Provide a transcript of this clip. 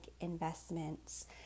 investments